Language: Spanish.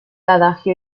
adagio